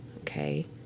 okay